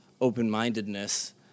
open-mindedness